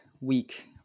week